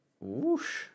whoosh